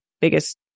biggest